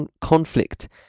conflict